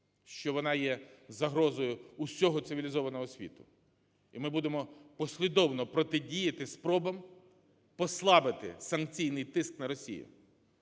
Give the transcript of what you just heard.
що вона є загрозою усього цивілізованого світу. І ми будемо послідовно протидіяти спробам послабити санкційний тиск на Росію.